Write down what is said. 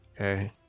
Okay